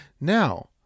now